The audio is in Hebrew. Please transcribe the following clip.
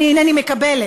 אני אינני מקבלת.